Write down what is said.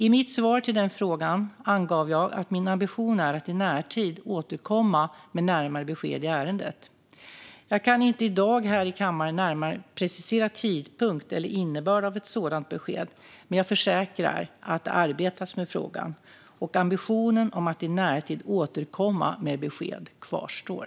I mitt svar på frågan angav jag att min ambition är att i närtid återkomma med närmare besked i ärendet. Jag kan inte i dag här i kammaren närmare precisera tidpunkt eller innebörd av ett sådant besked, men jag försäkrar att det arbetas med frågan och att ambitionen att i närtid återkomma med besked kvarstår.